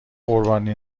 قربانی